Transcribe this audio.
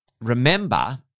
remember